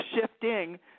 shifting